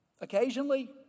Occasionally